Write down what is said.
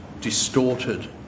distorted